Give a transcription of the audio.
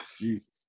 Jesus